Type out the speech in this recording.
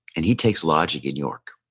and he takes lodging in york.